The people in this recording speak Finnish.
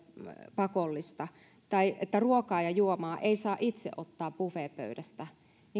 pakollista tai että ruokaa ja juomaa ei saa itse ottaa buffetpöydästä